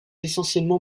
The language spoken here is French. essentiellement